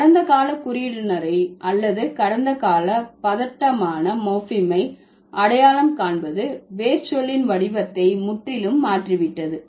கடந்த கால குறியிடுனரை அல்லது கடந்த கால பதட்டமான மார்ப்பீமை அடையாளம் காண்பது வேர் சொல்லின் வடிவத்தை முற்றிலும் மாற்றிவிட்டது